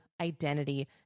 identity